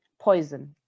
poison